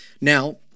now